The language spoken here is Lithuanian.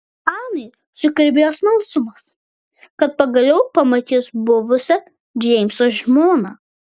anai sukirbėjo smalsumas kad pagaliau pamatys buvusią džeimso žmoną